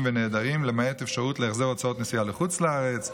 ונעדרים למעט אפשרות להחזר הוצאות נסיעה לחוץ לארץ,